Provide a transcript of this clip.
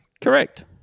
Correct